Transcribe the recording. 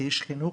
כאיש חינוך,